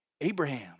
Abraham